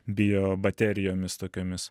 bio baterijomis tokiomis